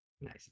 Nice